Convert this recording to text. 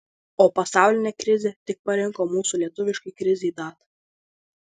o pasaulinė krizė tik parinko mūsų lietuviškai krizei datą